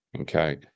Okay